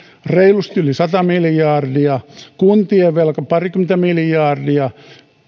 reilusti yli sata miljardia kuntien velka parikymmentä miljardia